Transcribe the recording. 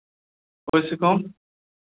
ओहिसँ कम